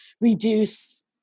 reduce